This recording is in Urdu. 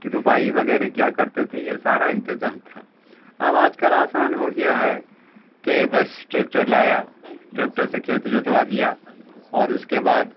کہ رپائی وغیرہ کیا کرتے تھے یہ سارا انتظام تھا اب آج کل آسان ہو گیا ہے کہ بس ٹریکٹر لایا ٹریکٹر سے کھیت جتوا دیا اور اس کے بعد